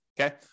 okay